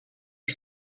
are